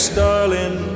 darling